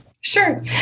Sure